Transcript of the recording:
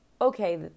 okay